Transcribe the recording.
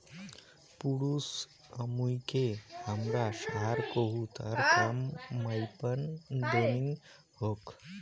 পুরুছ আমুইকে হামরা ষাঁড় কহু তার কাম মাইপান দংনি হোক